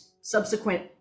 subsequent